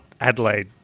Adelaide